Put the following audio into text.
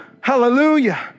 Hallelujah